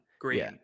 green